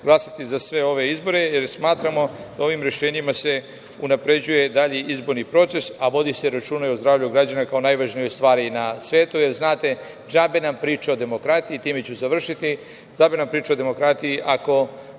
za sve ove izmene, jer smatramo da se ovim rešenjima unapređuje dalji izborni proces, a vodi se računa o zdravlju građana kao najvažnijoj stvari na svetu, jer znate džabe nam priča o demokratiji. Time ću završiti. Džabe nam priča o demokratiji ako